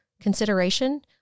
consideration